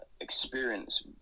experience